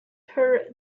her